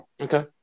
Okay